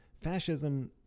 fascism